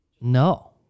no